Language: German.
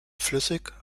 flüssig